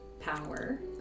power